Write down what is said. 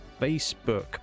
Facebook